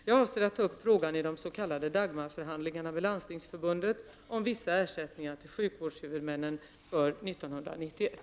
Jag avser att ta upp frågan i de s.k. Dagmarförhandlingarna med Landstingsförbundet om vissa ersättningar till sjukvårdshuvudmännen för år 1991.